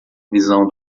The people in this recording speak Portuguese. visão